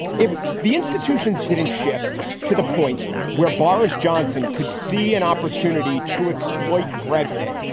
if the institutions didn't shift to the point where boris johnson could see an opportunity to exploit brexit,